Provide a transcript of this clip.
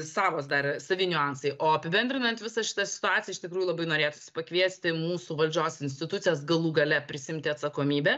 savos dar savi niuansai o apibendrinant visą šitą situaciją iš tikrųjų labai norėtųsi pakviesti mūsų valdžios institucijas galų gale prisiimti atsakomybę